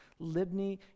Libni